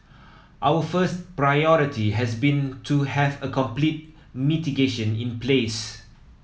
our first priority has been to have a complete mitigation in place